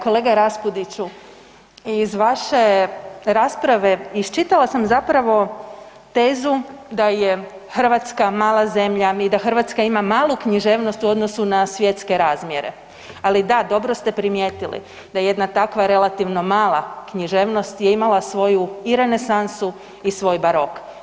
Kolega Rasupudiću iz vaše rasprave iščitala sam zapravo tezu da je Hrvatska mala zemlja i da Hrvatska ima malu književnost u odnosu na svjetske razmjere, ali da dobro ste primijetili da jedna takva relativna mala književnost je imala i svoju i renesansu i svoj barok.